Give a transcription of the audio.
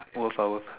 wallflower